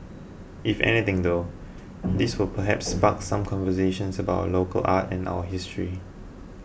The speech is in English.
if anything though this will perhaps spark some conversations about our local art and our history